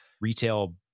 retail